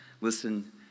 listen